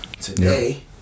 today